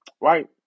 right